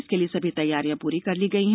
इसके लिए सभी तैयारियां पूरी कर ली गई है